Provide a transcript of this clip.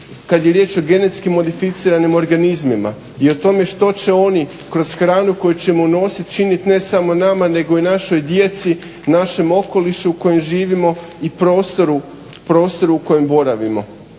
kad je riječ o GMO-u i o tome što će oni kroz hranu koju ćemo unosit činit ne samo nama nego i našoj djeci, našem okolišu u kojem živimo i prostoru u kojem boravimo